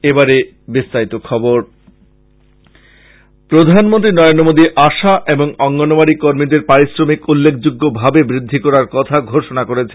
বিস্তারিত খবর প্রধানমন্ত্রী নরেন্দ্র মোদী আশা এবং অঙ্গনওয়াড়ি কর্মীদের পারিশ্রমিক উল্লেখযোগ্য ভাবে বৃদ্ধি করার কথা ঘোষণা করেছেন